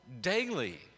daily